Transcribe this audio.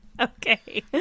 Okay